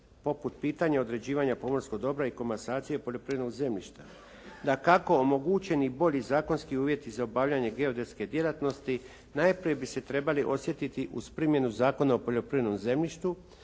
poput pitanja određivanja pomorskog dobra i komasacije poljoprivrednog zemljišta. Dakako omogućeni bolji zakonski uvjeti za obavljanje geodetske djelatnosti najprije bi se trebale osjetiti uz primjenu Zakona o poljoprivrednom zemljištu,